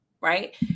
Right